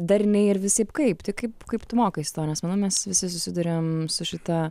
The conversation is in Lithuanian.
darniai ir visaip kaip tai kaip kaip tu mokais to nes manau mes visi susiduriam su šita